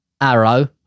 arrow